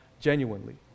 genuinely